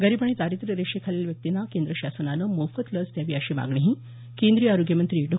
गरीब आणि दारिद्र्य रेषेखालील व्यक्तींना केंद्र शासनानं मोफत लस द्यावी अशी मागणीही केंद्रीय आरोग्यमंत्री डॉ